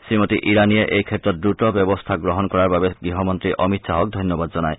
শ্ৰীমতী ইৰাণীয়ে এইক্ষেত্ৰত দ্ৰত ব্যৱস্থা গ্ৰহণ কৰাৰ বাবে গৃহমন্ত্ৰী অমিত খাহক ধন্যবাদ জনায়